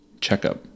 checkup